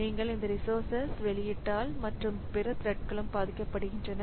நீங்கள் இந்த ரிசோர்சஸ் வெளியிட்டால் மற்றும் பிற த்ரெட்களும் பாதிக்கப்படுகின்றன